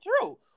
true